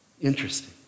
Interesting